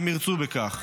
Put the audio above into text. אם ירצו בכך.